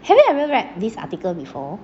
have you ever read this article before